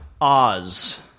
Oz